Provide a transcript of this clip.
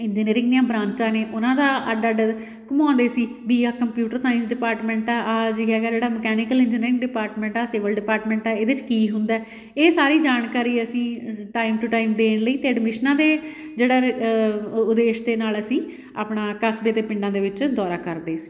engineering ਦੀਆਂ ਬਰਾਂਚਾਂ ਨੇ ਉਹਨਾਂ ਦਾ ਅੱਡ ਅੱਡ ਘੁੰਮਾਉਂਦੇ ਸੀ ਵੀ ਆਹ ਕੰਪਿਊਟਰ ਸਾਇੰਸ ਡਿਪਾਰਟਮੈਂਟ ਆ ਆਹ ਜੀ ਹੈਗਾ ਜਿਹੜਾ ਮਕੈਨੀਕਲ ਇੰਜਨੀਅਰਿੰਗ ਡਿਪਾਰਟਮੈਂਟ ਆਹ ਸਿਵਲ ਡਿਪਾਰਟਮੈਂਟ ਆ ਇਹਦੇ 'ਚ ਕੀ ਹੁੰਦਾ ਇਹ ਸਾਰੀ ਜਾਣਕਾਰੀ ਅਸੀਂ ਟਾਈਮ ਟੂ ਟਾਈਮ ਦੇਣ ਲਈ ਅਤੇ ਅਡਮੀਸ਼ਨਾਂ ਦੇ ਜਿਹੜਾ ਇਹਦੇ ਉ ਉਦੇਸ਼ ਦੇ ਨਾਲ ਅਸੀਂ ਆਪਣਾ ਕਸਬੇ 'ਤੇ ਪਿੰਡਾਂ ਦੇ ਵਿੱਚ ਦੌਰਾ ਕਰਦੇ ਸੀ